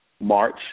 March